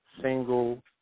single